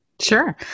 Sure